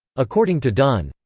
according to dunn,